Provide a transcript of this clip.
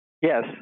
Yes